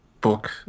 book